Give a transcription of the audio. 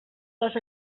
les